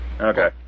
Okay